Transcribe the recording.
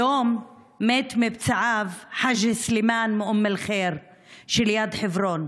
היום מת מפצעיו חאג' סלימאן מאום אל-ח'יר שליד חברון.